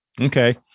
okay